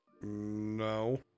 No